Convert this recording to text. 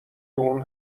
اون